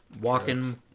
Walking